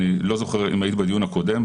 ואני לא זוכר אם היית בדיון הקודם,